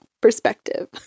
perspective